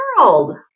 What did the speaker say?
world